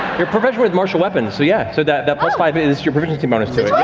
you're proficient with martial weapons, so yeah. so that that plus five is your proficiency bonus.